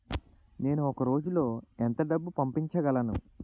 నేను ఒక రోజులో ఎంత డబ్బు పంపించగలను?